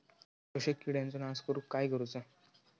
शोषक किडींचो नाश करूक काय करुचा?